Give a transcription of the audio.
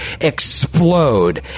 explode